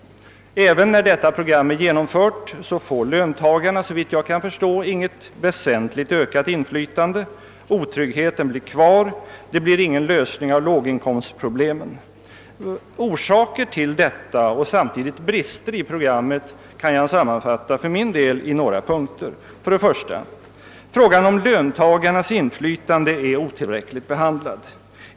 Inte heller efter genomförandet av detta program får löntagarna något väsentligt ökat inflytande, otryggheten kommer att finnas kvar och låginkomsttagarnas problem kommer inte att vara lösta. Orsaker härtill och samtidigt brister i programmet kan jag sammanfatta i några punkter: För det första är frågan om löntagarnas inflytande otillräckligt behandlad.